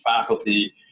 faculty